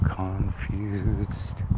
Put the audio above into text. confused